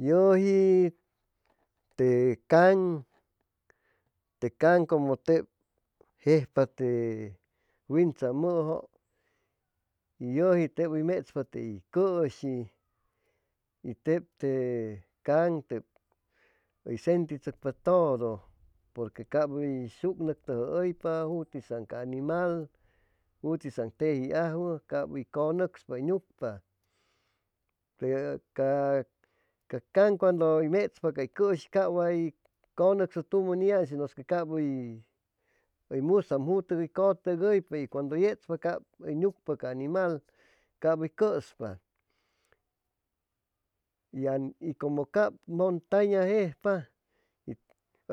Yuji te kan te kan cumu jejpa te win tsamuju y yuji teb uy metspa tey cushi y tep te kan teb uy senti'tsucpa tudu pur que cab uy sug nuctuju 'uypa jutisaan ca animal jujisan teji aju'wu cab uy cujuspa cab uy nucpa ca kan cuandu metspa cay cushi cab way cunucso tumu niyaan si nu que cab musaam jutu uy cuyuguypa y cundu yet'spa uy nucpa ca animal cab